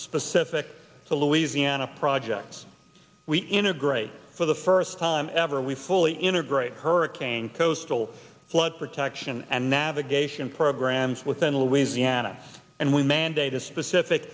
specific to louisiana projects we integrate for the first time ever we fully integrate hurricane coastal flood protection and navigation programs within louisiana and we mandate a specific